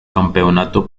campeonato